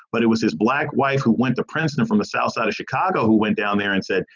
but it was his black wife who went the president from the south side of chicago who went down there and said,